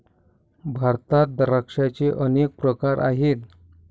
भारतात द्राक्षांचे अनेक प्रकार आहेत